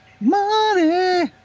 Money